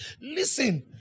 Listen